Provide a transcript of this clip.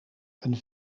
een